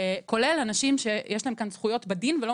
כולל אנשים שיש להם כאן זכויות בדין ולא